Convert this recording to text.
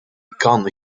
kan